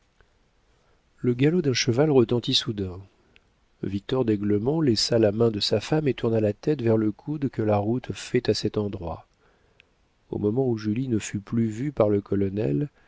le galop d'un cheval retentit soudain victor d'aiglemont laissa la main de sa femme et tourna la tête vers le coude que la route fait en cet endroit au moment où julie ne fut plus vue par le colonel